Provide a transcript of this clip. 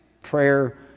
prayer